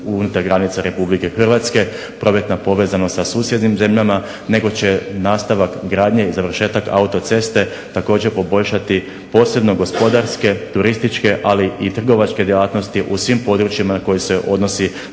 unutar granica Republike Hrvatske, prometna povezanost sa susjednim zemljama, nego će nastavak gradnje i završetak autoceste također poboljšati posebno gospodarske, turističke, ali i trgovačke djelatnosti u svim područjima na koje se odnosi